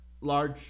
large